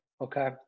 okay